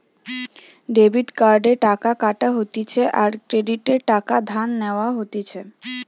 debit কার্ডে টাকা কাটা হতিছে আর ক্রেডিটে টাকা ধার নেওয়া হতিছে